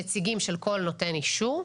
נציגים של כל נותן אישור.